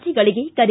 J ಗಳಿಗೆ ಕರೆ